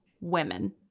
women